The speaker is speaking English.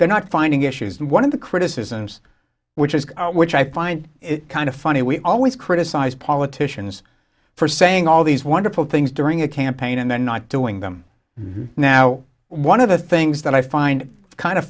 they're not finding issues and one of the criticisms which is which i find kind of funny we always criticize politicians for saying all these wonderful things during a campaign and then not doing them now one of the things that i find kind of